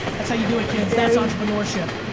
that's how you do it kids, that's entrepreneurship.